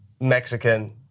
Mexican